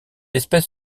espèce